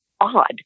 odd